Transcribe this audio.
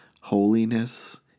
Holiness